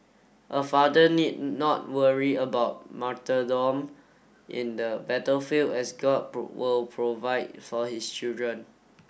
a father need not worry about martyrdom in the battlefield as god will provide for his children